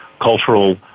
cultural